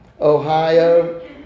Ohio